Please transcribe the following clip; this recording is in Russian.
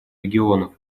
регионов